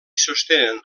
sostenen